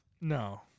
No